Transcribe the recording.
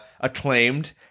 acclaimed